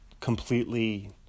completely